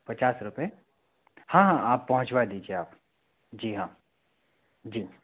पचास रुपए हाँ हाँ आप पहुँचवा दीजिए आप जी हाँ जी